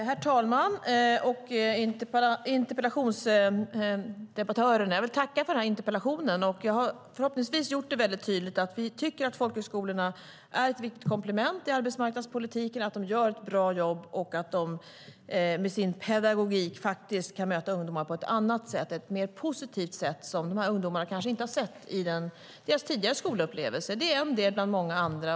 Herr talman! Jag tackar för interpellationen och tackar alla debattörer för debatten. Jag har förhoppningsvis gjort det tydligt att vi tycker att folkhögskolorna är ett viktigt komplement i arbetsmarknadspolitiken, att de gör ett bra jobb och att de med sin pedagogik kan möta ungdomar på ett annat och mer positivt sätt, som de här ungdomarna kanske inte har sett i sina tidigare skolupplevelser. Det är en del bland många andra.